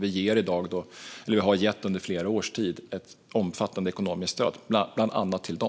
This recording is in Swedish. Vi har under flera års tid gett ett omfattande ekonomiskt stöd, bland annat till dem.